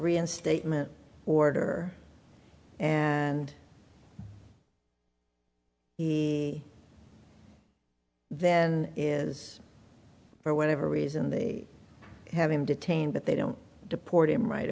reinstatement order and then is for whatever reason they have him detained but they don't deport him right